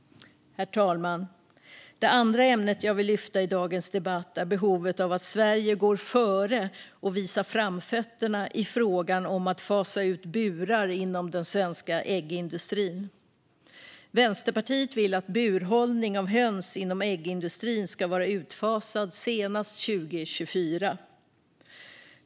Herr talman! Det andra ämnet jag vill lyfta upp i dagens debatt är behovet av att Sverige går före och visar framfötterna i frågan om att fasa ut burar inom den svenska äggindustrin. Vänsterpartiet vill att burhållning av höns inom äggindustrin ska vara utfasad senast 2024.